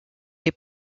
est